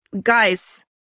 Guys